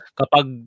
kapag